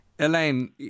Elaine